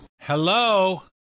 Hello